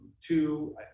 Two